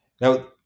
Now